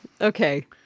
Okay